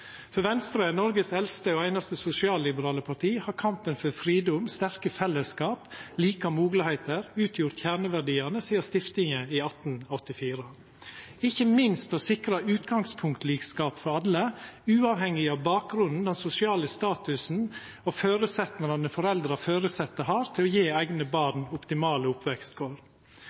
for gitt. For Venstre, Noregs eldste og einaste sosialliberale parti, har kampen for fridom, sterke fellesskap og like moglegheiter utgjort kjerneverdiane sidan stiftinga i 1884, ikkje minst det å sikra utgangspunktlikskap for alle, uavhengig av bakgrunnen, den sosiale statusen og føresetnadene foreldra og føresette har til å gje eigne barn optimale